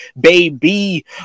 baby